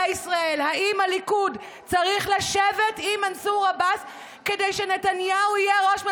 ישראל אם הליכוד צריך לשבת עם מנסור עבאס כדי שנתניהו יהיה ראש ממשלה,